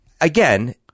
again